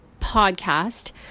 podcast